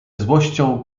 złością